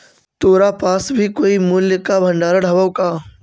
तोरा पास भी कोई मूल्य का भंडार हवअ का